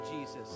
Jesus